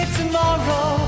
tomorrow